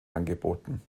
angeboten